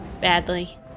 Badly